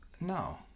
No